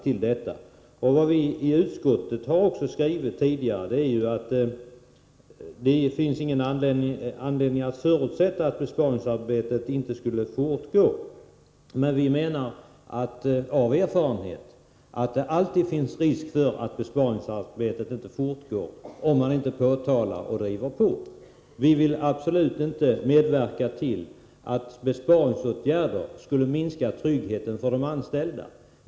Vi har i utskottet också skrivit att det inte finns någon anledning att förutsätta att besparingsarbetet inte skall fortgå. Men vi anser av erfarenhet att det alltid finns risk för att besparingsar betet inte fortgår, om man inte driver på. Vi vill absolut inte medverka till att besparingsåtgärderna minskar tryggheten för de anställda.